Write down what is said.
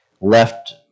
left